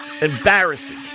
embarrassing